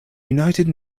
united